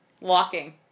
Walking